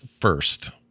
first